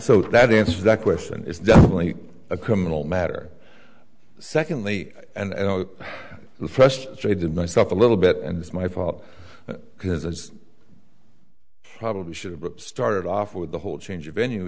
so that answers that question is definitely a criminal matter secondly and frustrated myself a little bit and it's my fault because as probably should have started off with the whole change of venue